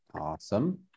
awesome